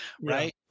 Right